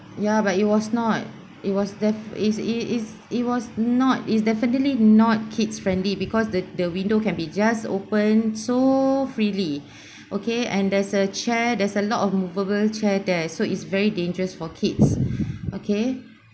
ya but it was not it was th~ is it is it was not is definitely not kids friendly because the the window can be just opened so freely okay and there's a chair there's a lot of movable chair there so is very dangerous for kids okay